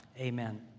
Amen